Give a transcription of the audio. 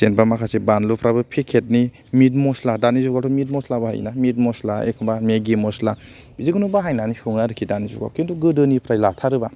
जेनेबा माखासे बानलुफोराबो पेकेटनि मिट मस्ला दानि जुगावथ' मिट मस्ला बाहायो ना मिट मस्ला एखनबा मेगि मस्ला जिखुनु बाहायनानै सङो आरोखि दानि जुगाव किन्तु गोदोनिफ्राय लाथारोब्ला